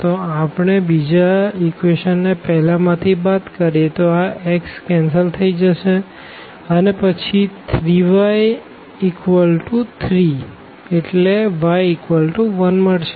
તો જો આપણે બીજા ઇક્વેશન ને પેહલા માં થી બાદ કરીએ તો આ x કેન્સલ થઇ જશે અને પછી ૩y બરાબર 3 મળશે એટલે y બરાબર 1 થશે